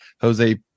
Jose